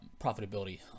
profitability